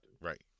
Right